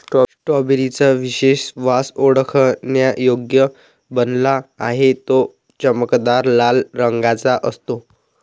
strawberry चा विशेष वास ओळखण्यायोग्य बनला आहे, तो चमकदार लाल रंगाचा असतो